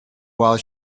while